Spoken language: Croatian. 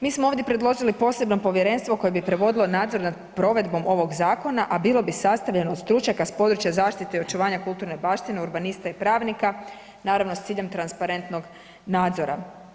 Mi smo ovdje predložili posebno povjerenstvo koje bi provodilo nadzor nad provedbom ovog zakona a bilo bi sastavljeno od stručnjaka s područja zaštite i očuvanja kulturne baštine, urbanista i pravnika naravno s ciljem transparentnog nadzora.